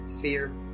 Fear